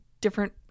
different